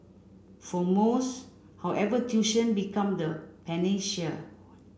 for most however tuition become the panacea